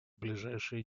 ближайшие